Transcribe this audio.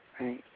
Right